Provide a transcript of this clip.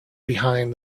behind